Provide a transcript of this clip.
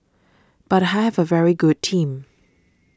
but I have a very good team